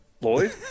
Lloyd